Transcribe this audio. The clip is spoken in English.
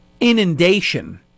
inundation